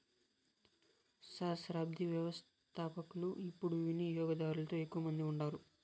సహస్రాబ్ది వ్యవస్థపకులు యిపుడు వినియోగదారులలో ఎక్కువ మంది ఉండారు